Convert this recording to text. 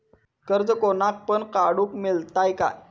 कर्ज कोणाक पण काडूक मेलता काय?